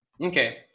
Okay